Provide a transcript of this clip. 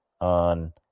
on